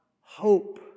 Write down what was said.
hope